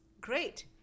great